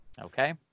Okay